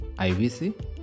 IVC